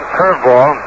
curveball